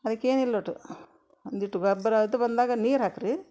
ಅದಕ್ಕೆ ಏನಿಲ್ಲ ಒಟ್ಟು ಒಂದಿಷ್ಟು ಗೊಬ್ಬರ ಅದು ಬಂದಾಗ ನೀರು ಹಾಕಿರಿ